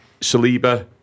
Saliba